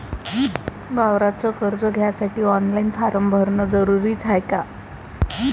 वावराच कर्ज घ्यासाठी ऑनलाईन फारम भरन जरुरीच हाय का?